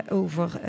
over